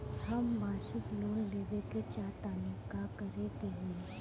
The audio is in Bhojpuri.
हम मासिक लोन लेवे के चाह तानि का करे के होई?